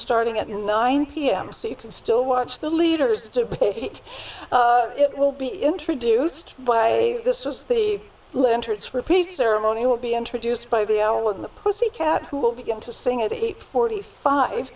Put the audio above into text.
starting at nine pm so you can still watch the leaders it will be introduced by this was the lantern for peace or money will be introduced by the hour when the pussycat who will begin to sing at eight forty five